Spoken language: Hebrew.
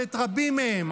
שאת רבים מהן,